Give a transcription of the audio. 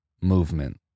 movement